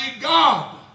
God